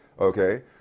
okay